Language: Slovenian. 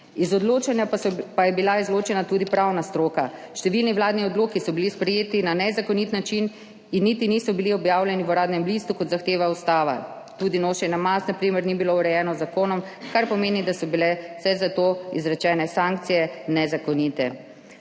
Iz odločanja pa je bila izločena tudi pravna stroka. Številni vladni odloki so bili sprejeti na nezakonit način in niti niso bili objavljeni v Uradnem listu, kot zahteva ustava. Tudi nošenje mask na primer ni bilo urejeno z zakonom, kar pomeni, da so bile vse za to izrečene sankcije nezakonite.